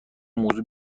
موضوع